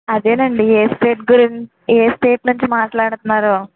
అదేనండి ఏ స్టేట్ గురిం ఏ స్టేట్ నుంచి మాట్లాడుతున్నారు